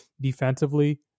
defensively